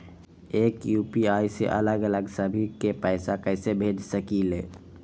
एक यू.पी.आई से अलग अलग सभी के पैसा कईसे भेज सकीले?